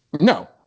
No